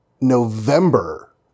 November